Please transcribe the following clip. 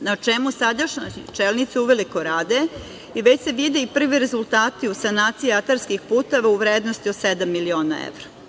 na čemu sadašnji čelnici uveliko rade i već se vide i prvi rezultati u sanaciji atarskih puteva u vrednosti od sedam miliona